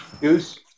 Goose